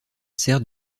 sert